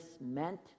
meant